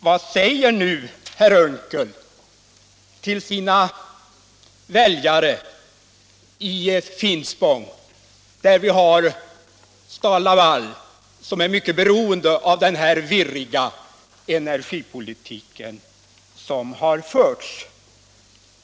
Vad säger nu herr Unckel till sina väljare i Finspång, där vi har STAL LAVAL, som är mycket beroende av den virriga energipolitik som förts?